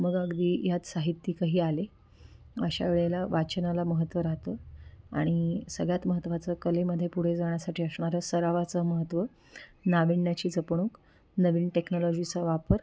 मग अगदी यात साहित्यिकही आले अशा वेळेला वाचनाला महत्त्व राहतं आणि सगळ्यात महत्त्वाचं कलेमध्ये पुढे जाण्यासाठी असणारं सरावाचं महत्त्व नाविन्याची जपणूक नवीन टेक्नॉलॉजीचा वापर